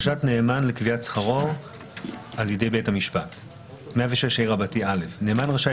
נאמן לקביעת שכרו על ידי בית המשפט 106ה. נאמן רשאי